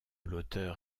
l’auteur